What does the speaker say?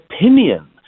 opinion